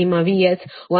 14 ಕೋನ 7